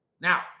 now